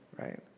right